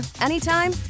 anytime